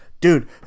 Dude